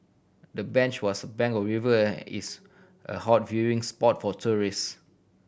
the bench was bank a river is a hot viewing spot for tourist